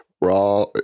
Raw